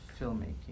filmmaking